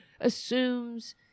assumes